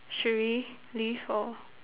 should we leave or